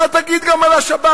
אתה תגיד גם על השב"כ.